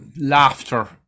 laughter